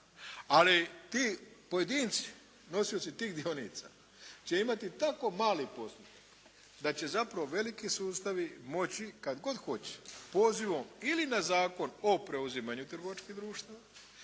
Ali ti pojedinci, nosioci tih dionica će imati tako mali postotak da će zapravo veliki sustavi moći kad kod hoće pozivom ili na Zakon o preuzimanju trgovačkih društava